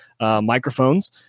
Microphones